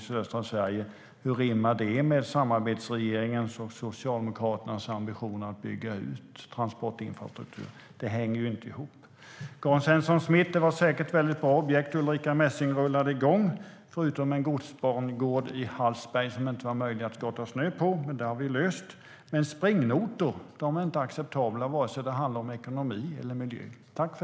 Hur rimmar det med samarbetsregeringens och Socialdemokraternas ambitioner att bygga ut transportinfrastrukturen? Det hänger inte ihop. Det var säkert bra projekt Ulrica Messing drog igång, Karin Svensson Smith, förutom en godsbangård i Hallsberg som inte var möjlig att skotta snö på. Det har vi dock löst. Men springnotor är inte acceptabla vare sig det handlar om ekonomi eller miljö.